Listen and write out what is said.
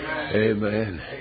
Amen